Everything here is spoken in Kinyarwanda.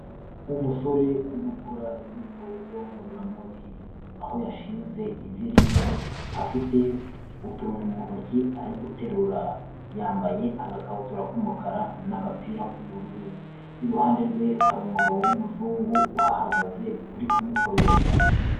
Umusore uri gukora imyitozo ngororamubiri aho yashinze ivi rimwe, afite utuntu mu ntoki ari guterura, yambaye agakabutura k'umukara n'agapira k'ubururu, iruhande rwe hari umugabo w'umuzungu uhahagaze uri kumukoresha.